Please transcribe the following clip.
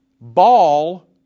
Ball